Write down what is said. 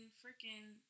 freaking